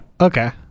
Okay